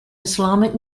islamic